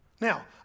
Now